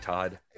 Todd